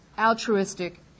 altruistic